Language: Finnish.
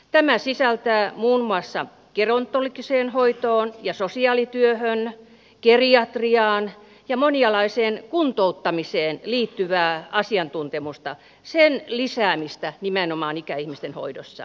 tämä sisältää muun muassa gerontologiseen hoitoon ja sosiaalityöhön geriatriaan ja monialaiseen kuntouttamiseen liittyvän asiantuntemuksen lisäämistä ikäihmisten hoidossa